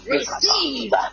Receive